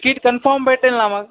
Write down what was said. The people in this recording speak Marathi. तिकीट कनफम भेटेल ना मग